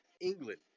england